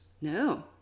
No